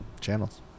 channels